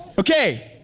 okay,